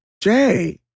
Jay